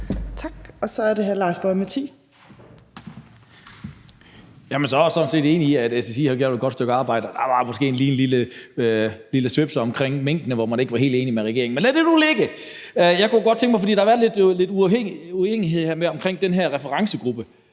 Mathiesen. Kl. 14:55 Lars Boje Mathiesen (NB): Jeg er sådan set enig i, at SSI har gjort et godt stykke arbejde. Der var måske lige en lille svipser omkring minkene, hvor man ikke var helt enige med regeringen, men lad det nu ligge. Der har været lidt uenighed omkring den her referencegruppe,